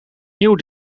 nieuw